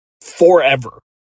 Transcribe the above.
forever